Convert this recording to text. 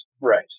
right